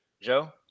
Joe